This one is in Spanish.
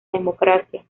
democracia